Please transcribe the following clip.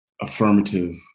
affirmative